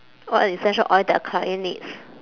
what essential oil their client needs